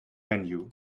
menu